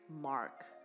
mark